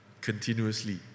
continuously